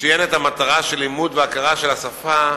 מצוינת המטרה של לימוד והכרה של השפה,